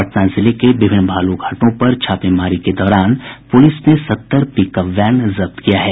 पटना जिले के विभिन्न बालू घाटों पर छापेमारी के दौरान पुलिस ने सत्तर पिकअप वैन को जब्त किया है